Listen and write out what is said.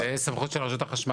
זאת סמכות של רשות החשמל,